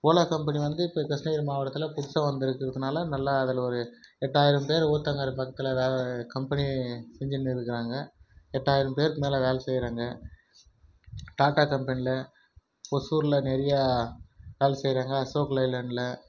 Ola company வந்து இப்போ கிருஷ்ணகிரி மாவட்டத்தில் புதுசாக வந்திருக்குறதுனால நல்லா அதில் ஒரு எட்டாயிரம் பேர் ஊத்தங்கரை பக்கத்தில் வேறு வேறு கம்பெனி செஞ்சுன்னுருக்குறாங்க எட்டாயிரம் பேருக்கு மேலே வேலே செய்றாங்க டாடா கம்பெனியில் ஒசூரில் நிறையா வேலை செய்றாங்க அசோக் லைலேண்டில்